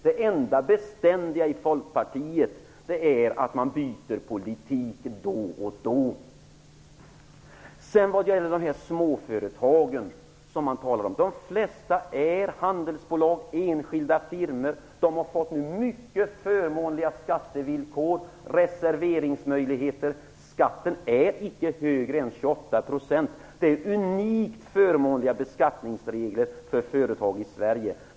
Det enda beständiga i Folkpartiet är att man byter politik då och då. Sedan till frågan om småföretagen. De flesta av dessa småföretag är handelsbolag, enskilda firmor. De har fått mycket förmånliga skattevillkor, reserveringsmöjligheter. Skatten är icke högre än 28 %. Det är unikt förmånliga beskattningsregler för företag i Sverige.